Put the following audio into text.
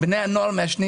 בני הנוער מעשנים